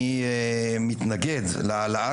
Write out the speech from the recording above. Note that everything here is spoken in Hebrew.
אני מתנגד להעלאה,